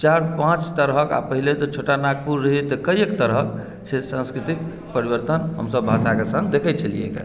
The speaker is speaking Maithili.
चारि पाँच तरहक पहिले तऽ छोटा नागपुर रहै तऽ कैयक तरह से संस्कृतिक परिवर्तन हमसभ भाषाके सङ्ग देखै छलियैया